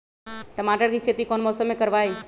टमाटर की खेती कौन मौसम में करवाई?